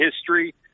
history